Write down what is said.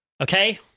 Okay